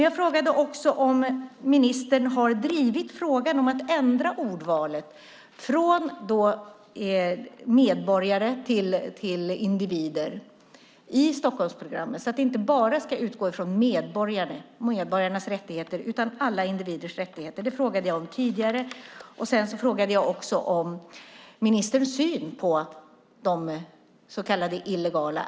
Jag frågade tidigare om ministern har drivit frågan om att ändra ordvalet från medborgare till individer i Stockholmprogrammet så att det inte bara ska utgå från medborgarnas rättigheter utan alla individer. Sedan frågade jag om ministerns syn på så kallade illegala invandrare.